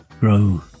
grow